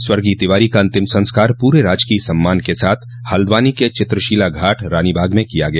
स्वर्गीय तिवारी का अंतिम संस्कार पूरे राजकीय सम्मान के साथ हल्द्वानी के चित्रशीला घाट रानीबाग में किया गया